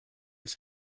its